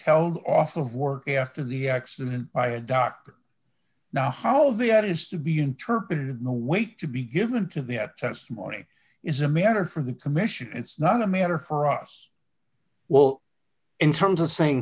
held off of work after the accident by a doctor now how the ad is to be interpreted in the way to be given to the testimony is a matter for the commission it's not a matter for us well in terms of saying